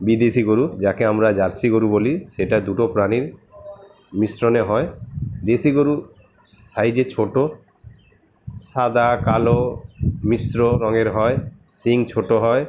বিদেশী গরু যাকে আমরা জার্সি গরু বলি সেটা দুটো প্রাণীর মিশ্রণে হয় দেশী গোরু সাইজে ছোট সাদা কালো মিশ্র রঙের হয় শিং ছোট হয়